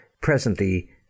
presently